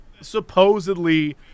supposedly